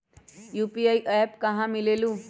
UPI app कहा से मिलेलु?